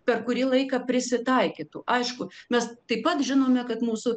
per kurį laiką prisitaikytų aišku mes taip pat žinome kad mūsų